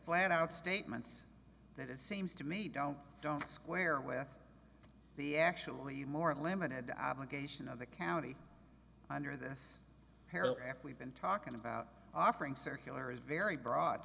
planned out statements that it seems to me don't don't square with the actually more limited obligation of the county under this paragraph we've been talking about offering circular is very broad